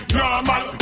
normal